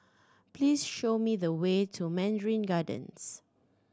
please show me the way to Mandarin Gardens